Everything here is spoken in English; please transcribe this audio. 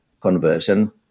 conversion